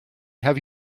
have